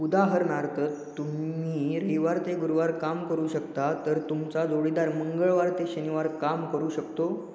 उदाहरणार्थ तुम्ही रविवार ते गुरुवार काम करू शकता तर तुमचा जोडीदार मंगळवार ते शनिवार काम करू शकतो